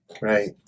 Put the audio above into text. right